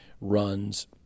runs